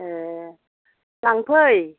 एह लांफै